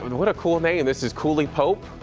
what a cool name. this is cooley pope,